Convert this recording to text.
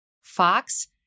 Fox